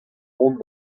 hon